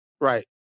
Right